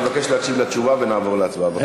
אני מבקש להקשיב לתשובה, ונעבור להצבעה.